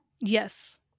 Yes